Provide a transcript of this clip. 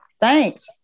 Thanks